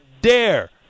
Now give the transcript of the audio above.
dare